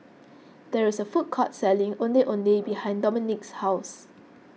there is a food court selling Ondeh Ondeh behind Dominik's house